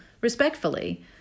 respectfully